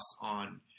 on